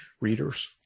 readers